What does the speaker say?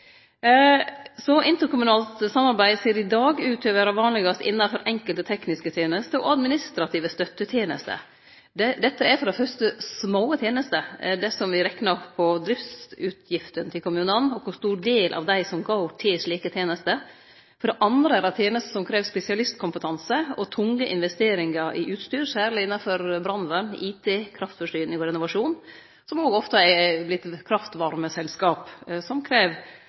Interkommunalt samarbeid ser i dag ut til å vere mest vanleg innanfor enkelte tekniske tenester og administrative støttetenester. Dette er for det fyrste små tenester – det som vi reknar for driftsutgiftene til kommunane, og kor stor del av dei som går til slike tenester. For det andre er det tenester som krev spesialistkompetanse, og tunge investeringar i utstyr, særleg innanfor brannvern, IT, kraftforsyning og renovasjon, som òg ofte er kraftvarme selskap som krev